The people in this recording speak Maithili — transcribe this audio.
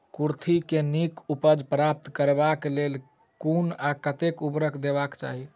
कुर्थी केँ नीक उपज प्राप्त करबाक लेल केँ कुन आ कतेक उर्वरक देबाक चाहि?